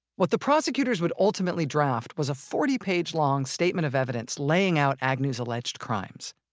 what the prosecutors would ultimately draft was a forty page long statement of evidence laying out agnew's alleged crimes.